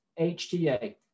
HTA